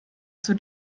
zur